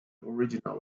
original